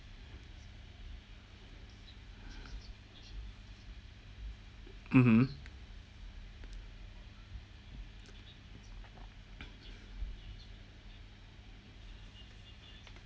mmhmm